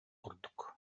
курдук